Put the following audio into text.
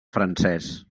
francès